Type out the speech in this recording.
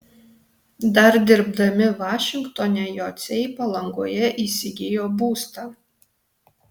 dar dirbdami vašingtone jociai palangoje įsigijo būstą